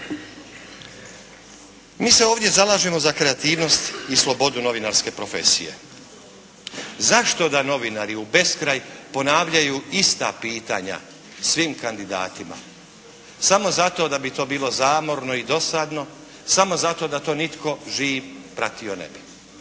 Mi se ovdje zalažemo za kreativnost i slobodu novinarske profesije. Zašto da novinari u beskraj ponavljaju ista pitanja svim kandidatima, samo zato da bi to bilo zamorno i dosadno, samo zato da to nitko živ pratio ne bi.